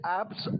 apps